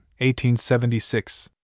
1876